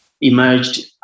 emerged